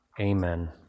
Amen